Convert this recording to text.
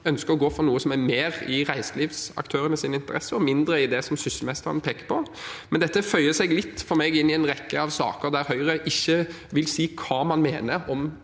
ønsker å gå for noe som er mer i reiselivsaktørenes interesse og mindre i retning det som Sysselmesteren peker på. For meg føyer dette seg litt inn i en rekke av saker der Høyre ikke vil si hva man mener om